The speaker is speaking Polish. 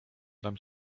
dam